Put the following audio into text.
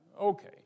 Okay